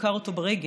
ודקר אותו ברגל,